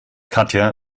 katja